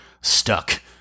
stuck